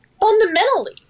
fundamentally